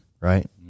right